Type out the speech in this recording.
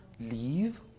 leave